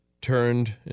turned